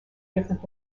different